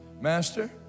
Master